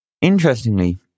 Interestingly